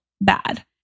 bad